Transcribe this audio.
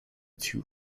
two